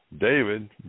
David